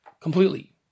completely